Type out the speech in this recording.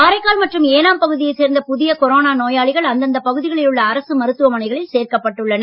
காரைக்கால் மற்றும் ஏனாம் பகுதியைச் சேர்ந்த புதிய கொரோனா நோயாளிகள் அந்தந்த பகுதிகளில் உள்ள அரசு மருத்துவமனைகளில் சேர்க்கப்பட்டுள்ளனர்